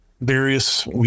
various –